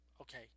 Okay